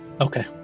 Okay